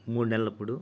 మూడు నెలలప్పుడు